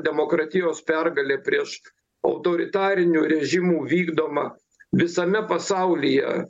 demokratijos pergalė prieš autoritarinių režimų vykdomą visame pasaulyje